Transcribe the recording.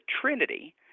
trinity